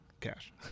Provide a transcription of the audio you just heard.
cash